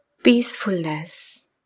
Peacefulness